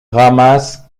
ramasse